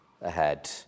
ahead